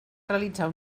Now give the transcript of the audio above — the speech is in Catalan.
realitzar